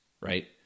right